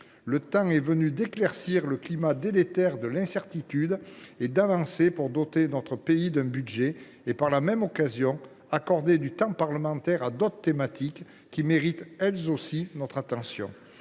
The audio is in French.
Le temps est venu d’éclaircir le climat délétère de l’incertitude et d’avancer pour doter notre pays d’un budget et, par la même occasion, d’accorder du temps parlementaire à d’autres thématiques, qui méritent elles aussi notre attention.